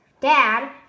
dad